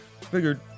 figured